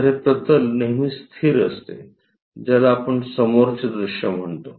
तर हे प्रतल नेहमी स्थिर असते ज्याला आपण समोरचे दृश्य म्हणतो